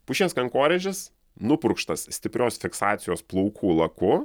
pušies kankorėžis nupurkštas stiprios fiksacijos plaukų laku